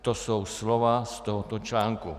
To jsou slova z tohoto článku.